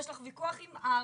אם יש לך ויכוח עם הר"י,